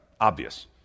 obvious